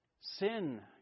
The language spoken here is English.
Sin